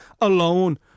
alone